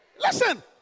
Listen